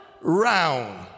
round